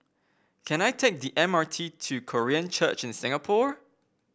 can I take the M R T to Korean Church in Singapore